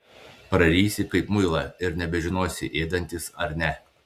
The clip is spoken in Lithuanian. prarysi kaip muilą ir nebežinosi ėdantis ar ne